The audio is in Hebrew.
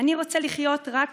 / אני רוצה לחיות רק